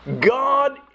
God